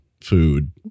food